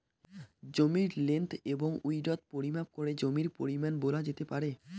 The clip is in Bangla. জমির লেন্থ এবং উইড্থ পরিমাপ করে জমির পরিমান বলা যেতে পারে